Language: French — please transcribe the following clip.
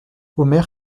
omer